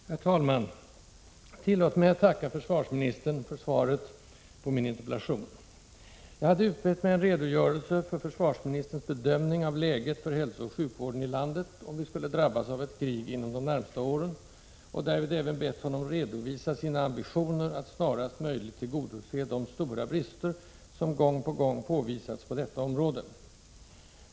Herr talman! Tillåt mig att tacka försvarsministern för svaret på min interpellation. Jag hade utbett mig en redogörelse för försvarsministerns bedömning av läget för hälsooch sjukvården i landet om vi skulle drabbas av ett krig inom de närmaste åren och därvid även bett honom att redovisa sina ambitioner att snarast möjligt tillgodose de stora brister som gång på gång påvisats på detta område.